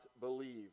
believe